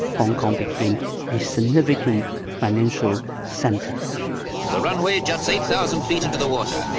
hong kong became a significant financial center the runway juts eight thousand feet into the water,